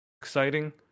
exciting